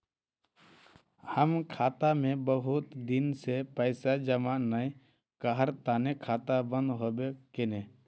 हम खाता में बहुत दिन से पैसा जमा नय कहार तने खाता बंद होबे केने?